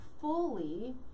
fully